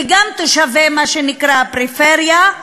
וגם כתושבי מה שנקרא הפריפריה,